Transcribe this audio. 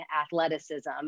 athleticism